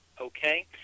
Okay